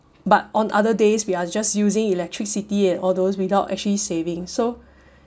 but on other days we are just using electricity and all those without actually saving so